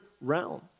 realm